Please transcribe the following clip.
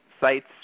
sites